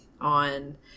on